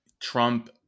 Trump